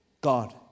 God